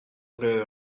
غیر